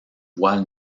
voile